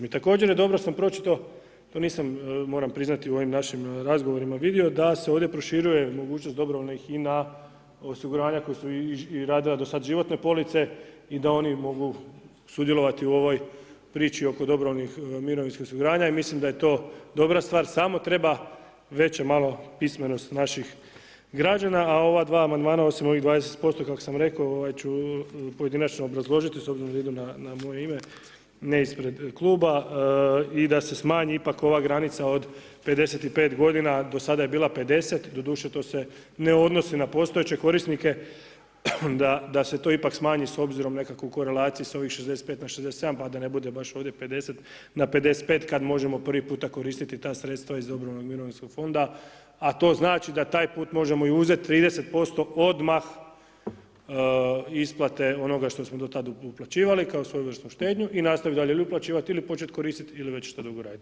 I također je dobro što sam pročito, to nisam moram priznati u ovim našim razgovorima vidio da se ovdje proširuje mogućnost dobrovoljnih i na osiguranja koja su i radila do sad životne police i da oni mogu sudjelovati u ovoj priči oko dobrovoljnih mirovinskih osiguranja i mislim da je to dobra stvar, samo treba veće malo pismenost naših građana, a ova dva amandmana osim ovih 20% kak sam reko ću pojedinačno obrazložiti s obzirom da idu na moje ime, ne ispred kluba, i da se smanji ipak ova granica od 55 godina do sada je bila 50, doduše to se ne odnosi na postojeće korisnike, da se to ipak smanji s obzirom nekako u korelaciji sa ovih 65 na 67 pa da ne bude baš ovdje 50 na 55 kad možemo prvi puta koristiti ta sredstva iz dobrovoljnog mirovinskog fonda, a to znači da taj put možemo i uzet 30% odmah isplate onoga što smo do tada uplaćivali kao svojevrsnu štednju i nastavi dalje ili uplaćivat ili počet koristit ili već šta drugo radit.